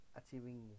achieving